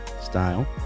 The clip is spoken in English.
style